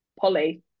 Polly